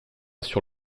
sur